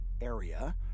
area